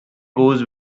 goes